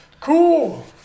Cool